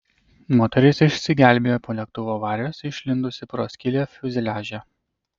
moteris išsigelbėjo po lėktuvo avarijos išlindusi pro skylę fiuzeliaže